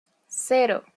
cero